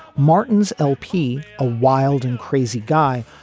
martin's l p, a wild and crazy guy,